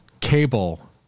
cable